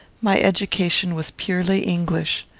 my education was purely english.